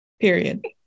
period